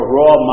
raw